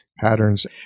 Patterns